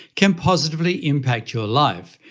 can positively impact your life,